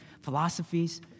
philosophies